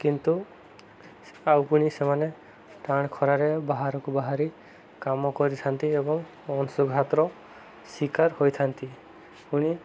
କିନ୍ତୁ ଆଉ ପୁଣି ସେମାନେ ଟାଣ ଖରାରେ ବାହାରକୁ ବାହାରି କାମ କରିଥାନ୍ତି ଏବଂ ଅଂଶୁଘାତର ଶିକାର ହୋଇଥାନ୍ତି ପୁଣି